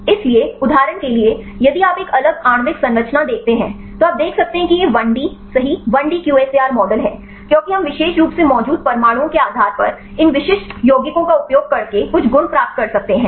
इसलिए उदाहरण के लिए यदि आप एक अलग आणविक संरचना देखते हैं तो आप देख सकते हैं कि यह 1D सही 1D QSAR मॉडल है क्योंकि हम विशेष रूप से मौजूद परमाणुओं के आधार पर इन विशिष्ट यौगिकों का उपयोग करके कुछ गुण प्राप्त कर सकते हैं